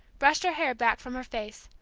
brushed her hair back from her face,